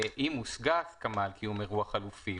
אם הושגה הסכמה על קיום אירוע חלופי,